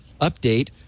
update